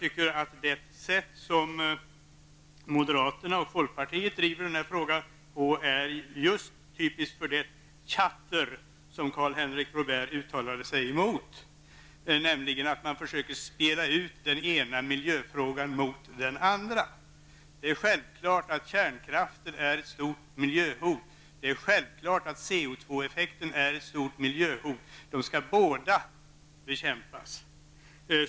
Moderaternas och folkpartiets sätt att driva den här frågan är enligt min uppfattning just typiskt för det tjatter som Karl-Henrik Robért uttalade sig emot. Man försöker spela ut den ena miljöfrågan mot den andra. Det är självklart att kärnkraften är ett stort miljöhot, och det är självklart att CO2-effekten är ett stort miljöhot. De skall båda bekämpas.